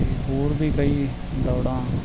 ਹੋਰ ਵੀ ਕਈ ਦੌੜਾਂ